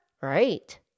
Right